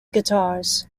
guitars